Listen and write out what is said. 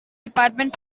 department